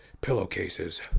pillowcases